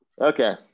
Okay